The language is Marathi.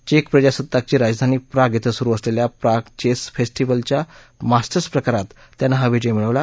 चेक प्रजासत्ताकची राजधानी प्राग इथं सुरु असलेल्या प्राग चेस फेस्टीवलच्या मास्र्झी प्रकारात त्यानं हा विजय मिळवला